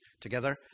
together